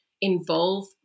involve